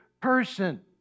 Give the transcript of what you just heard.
person